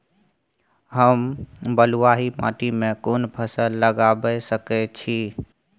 हम बलुआही माटी में कोन फसल लगाबै सकेत छी?